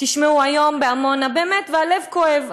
תשמעו, היום בעמונה, באמת הלב כואב.